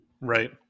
Right